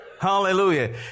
Hallelujah